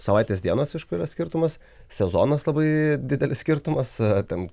savaitės dienos aišku yra skirtumas sezonas labai didelis skirtumas ten